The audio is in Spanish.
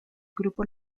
grupo